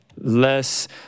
less